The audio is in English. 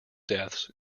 deaths